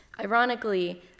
Ironically